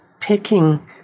picking